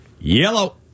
Yellow